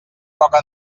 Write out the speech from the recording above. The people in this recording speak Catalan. poca